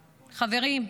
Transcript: חברים,